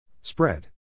Spread